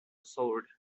sword